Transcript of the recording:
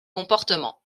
comportements